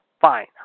Fine